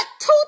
two